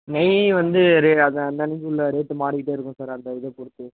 நெய் வந்து ரெ அது அன்னன்னைக்கி உள்ள ரேட்டு மாறிக்கிட்டே இருக்கும் சார் அந்த இதை பொறுத்து